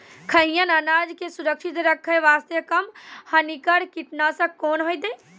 खैहियन अनाज के सुरक्षित रखे बास्ते, कम हानिकर कीटनासक कोंन होइतै?